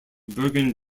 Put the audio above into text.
bergen